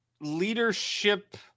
leadership